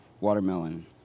Watermelon